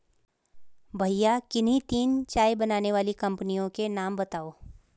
भैया किन्ही तीन चाय बनाने वाली कंपनियों के नाम बताओ?